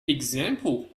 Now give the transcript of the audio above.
example